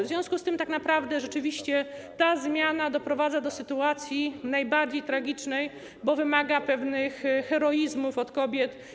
W związku z tym tak naprawdę ta zmiana doprowadza do sytuacji najbardziej tragicznej, bo wymaga pewnego heroizmu od kobiet.